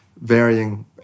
varying